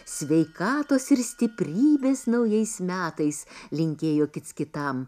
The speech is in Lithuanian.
sveikatos ir stiprybės naujais metais linkėjo kits kitam